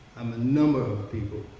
i'm a number of people.